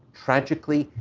tragically,